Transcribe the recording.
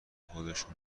خودشون